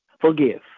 forgive